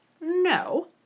No